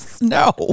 no